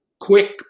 quick